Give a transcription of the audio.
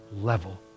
level